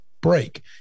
break